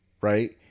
Right